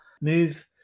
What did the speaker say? move